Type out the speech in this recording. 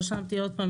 רשמתי עוד פעם,